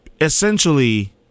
essentially